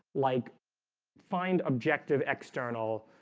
like find objective external